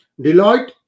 Deloitte